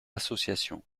association